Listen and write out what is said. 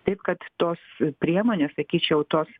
taip kad tos priemonės sakyčiau tos